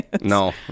No